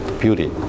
beauty